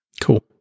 Cool